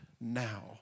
now